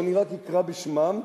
שאני רק אקרא בשמם,